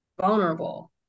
vulnerable